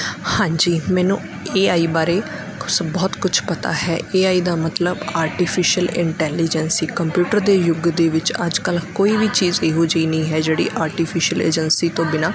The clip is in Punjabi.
ਹਾਂਜੀ ਮੈਨੂੰ ਏ ਆਈ ਬਾਰੇ ਕੁਛ ਬਹੁਤ ਕੁਛ ਪਤਾ ਹੈ ਏ ਆਈ ਦਾ ਮਤਲਬ ਆਰਟੀਫਿਸ਼ਲ ਇੰਟੈਲੀਜੈਂਸੀ ਕੰਪਿਊਟਰ ਦੇ ਯੁੱਗ ਦੇ ਵਿੱਚ ਅੱਜ ਕੱਲ੍ਹ ਕੋਈ ਵੀ ਚੀਜ਼ ਇਹੋ ਜਿਹੀ ਨਹੀਂ ਹੈ ਜਿਹੜੀ ਆਰਟੀਫਿਸ਼ਲ ਏਜੰਸੀ ਤੋਂ ਬਿਨਾਂ